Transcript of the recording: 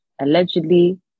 allegedly